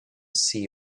see